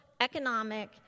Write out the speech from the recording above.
economic